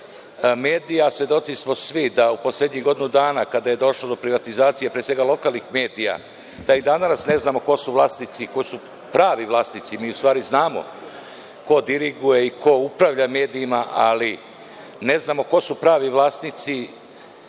medija, svedoci smo svi da u poslednjih godinu dana kada je došlo do privatizacija pre svega lokalnih medija, da ni dan danas ne znamo ko su vlasnici, ko su pravi vlasnici. Mi u stvari znamo ko diriguje i ko upravlja medijima ali ne znamo ko su pravi vlasnici